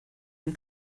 ihm